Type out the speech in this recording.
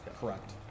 correct